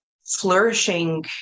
flourishing